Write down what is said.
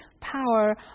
power